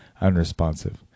unresponsive